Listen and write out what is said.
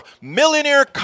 millionaire